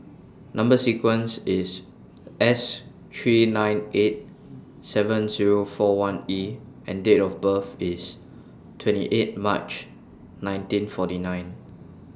Number sequences IS S three nine eight seven Zero four one E and Date of birth IS twenty eight March nineteen forty nine